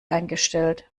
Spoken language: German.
eingestellt